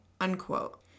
unquote